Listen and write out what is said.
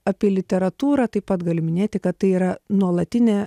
apie literatūrą taip pat galiu minėti kad tai yra nuolatinė